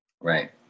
Right